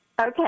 Okay